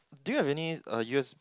do you have any uh U_S